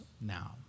now